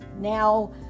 Now